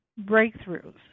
breakthroughs